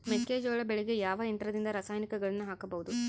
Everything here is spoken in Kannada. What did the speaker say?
ಮೆಕ್ಕೆಜೋಳ ಬೆಳೆಗೆ ಯಾವ ಯಂತ್ರದಿಂದ ರಾಸಾಯನಿಕಗಳನ್ನು ಹಾಕಬಹುದು?